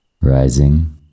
rising